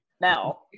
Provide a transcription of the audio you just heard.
now